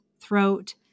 throat